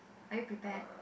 are you prepared